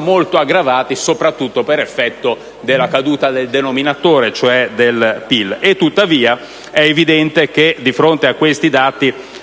molto aggravati, soprattutto per effetto della caduta del denominatore, cioè del PIL. Tuttavia, è evidente che di fronte a questi dati